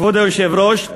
כבוד היושב-ראש,